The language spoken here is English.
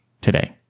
today